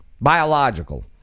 Biological